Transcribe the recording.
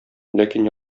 ләкин